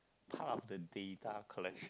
part of the data collection